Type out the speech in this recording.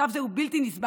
מצב זה הוא בלתי נסבל,